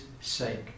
sake